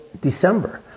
December